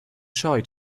shy